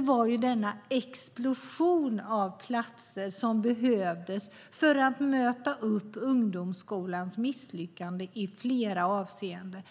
var den explosion av platser som behövdes för att möta upp ungdomsskolans misslyckande i flera avseenden.